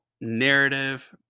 narrative